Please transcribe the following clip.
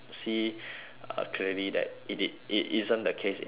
uh clearly that it it it isn't the case in north korea